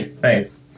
Thanks